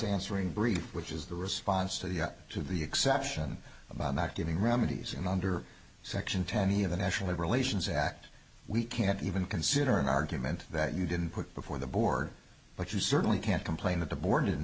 answering brief which is the response to the to the exception of acting remedies and under section twenty of the national labor relations act we can't even consider an argument that you didn't put before the board but you certainly can't complain that the board